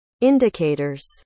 indicators